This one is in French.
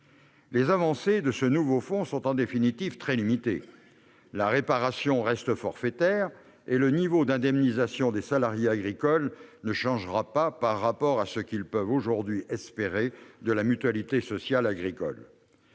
les avancées du nouveau fonds sont, en définitive, très limitées. La réparation reste forfaitaire et le niveau d'indemnisation des salariés agricoles ne changera pas par rapport à ce qu'ils peuvent aujourd'hui espérer de la Mutualité sociale agricole.